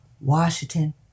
Washington